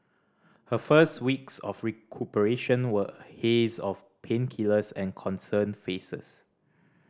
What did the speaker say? her first weeks of recuperation were a haze of painkillers and concerned faces